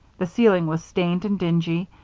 the ceiling was stained and dingy,